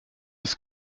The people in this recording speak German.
ist